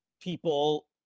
people